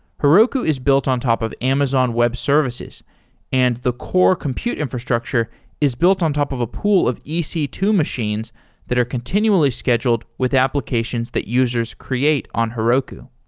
heroku is built on top of amazon web services and the core compute infrastructure is built on top of a pool of e c two machines that are continually scheduled with applications that users create on heroku.